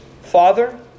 Father